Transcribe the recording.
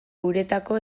uretako